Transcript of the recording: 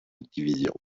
division